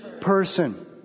person